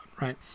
right